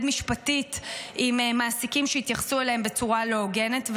משפטית עם מעסיקים שהתייחסו אליהם בצורה לא הוגנת.